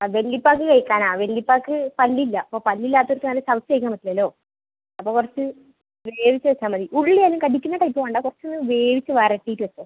ആ വല്യപ്പാക്ക് കഴിക്കാനാണ് ആ വല്യപ്പാക്ക് പല്ലില്ല അപ്പോൾ പല്ലില്ലാത്തടത്ത് ചവച്ച് കഴിക്കാൻ പറ്റില്ലല്ലോ അപ്പോൾ കുറച്ച് ഗ്രേവിക്ക് വെച്ചാൽ മതി ഉള്ളി അധികം കടിക്കുന്ന ടൈപ്പ് വേണ്ട കുറച്ച് വേവിച്ച് വരട്ടീട്ട് വെച്ചോ